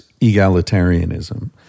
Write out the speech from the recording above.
egalitarianism